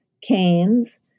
canes